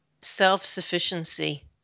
Self-sufficiency